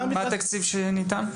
מה התקציב שניתן?